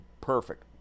Perfect